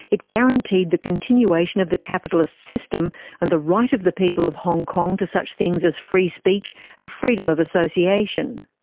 it guaranteed the continuation of the capitalist system and the right of the people of hong kong to such things as free speech and freedom of association.